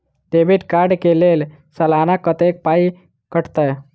Debit card कऽ लेल सलाना कत्तेक पाई कटतै?